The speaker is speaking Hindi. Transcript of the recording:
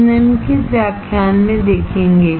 हम निम्नलिखित व्याख्यान में देखेंगे